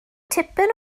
tipyn